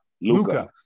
Luca